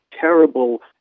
terrible